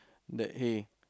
that hey